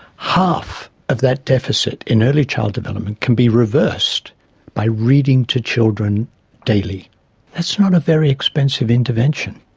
half of that deficit in early child development can be reversed by reading to children daily that's not a very expensive intervention,